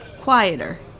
quieter